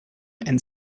and